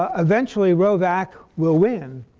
ah eventually rho vac will win.